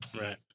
Right